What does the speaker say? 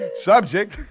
Subject